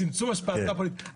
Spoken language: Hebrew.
צמצום השפעה פוליטית.